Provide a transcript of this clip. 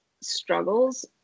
struggles